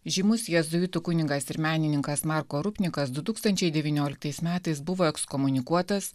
žymus jėzuitų kunigas ir menininkas marko rupnikas du tūkstančiai devynioliktais metais buvo ekskomunikuotas